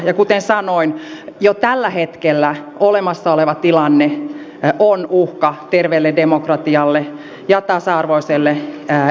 ja kuten sanoin jo tällä hetkellä olemassa oleva tilanne on uhka terveelle demokratialle ja tasa arvoiselle ehdokasasettelulle